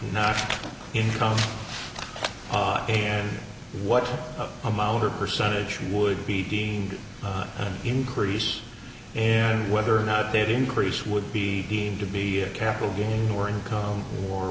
not income and what amount or percentage would be deemed an increase and whether or not they'd increase would be deemed to be capital gains or income or